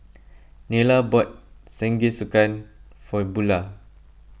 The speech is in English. Nila bought Jingisukan for Bula